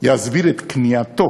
יסביר את כניעתו